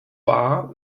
war